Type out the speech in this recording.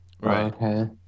right